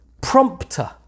prompter